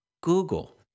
Google